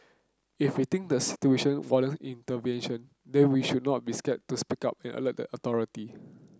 if we think the situation intervention then we should not be scared to speak up and alert the authority